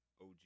OG